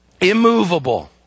immovable